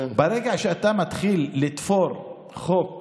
ברגע שאתה מתחיל לתפור חוק